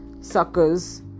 suckers